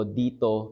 dito